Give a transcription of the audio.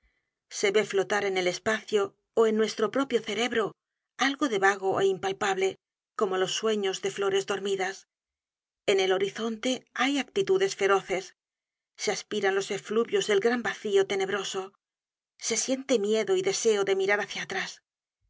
se ve flotar en el espacio ó en nuestro propio cerebro algo de vago é impalpable como los sueños de flores dormidas en el horizonte hay actitudes feroces se aspiran los efluvios del gran vacío tenebroso se tiene miedo y deseo de mirar hácia atrás